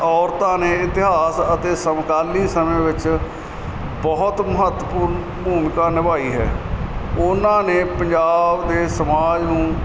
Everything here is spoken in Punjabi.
ਔਰਤਾਂ ਨੇ ਇਤਿਹਾਸ ਅਤੇ ਸਮਕਾਲੀ ਸਮੇਂ ਵਿੱਚ ਬਹੁਤ ਮਹੱਤਵ ਭੂਮਿਕਾ ਨਿਭਾਈ ਹੈ ਉਹਨਾਂ ਨੇ ਪੰਜਾਬ ਦੇ ਸਮਾਜ ਨੂੰ